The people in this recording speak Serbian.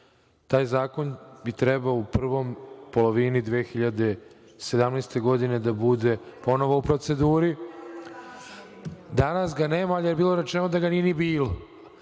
Taj zakon bi trebao u prvoj polovini 2017. godine da bude ponovo u proceduri. Danas ga nema, ali je bilo rečeno da ga nije ni bilo.